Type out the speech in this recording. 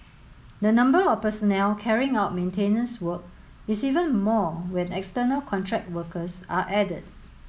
the number of personnel carrying out maintenance work is even more when external contract workers are added